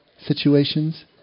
situations